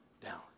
down